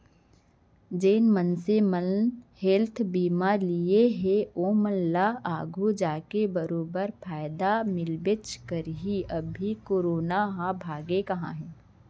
जेन मनसे मन हेल्थ बीमा लिये हें ओमन ल आघु जाके बरोबर फायदा मिलबेच करही, अभी करोना ह भागे कहॉं हे?